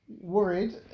worried